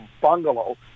bungalow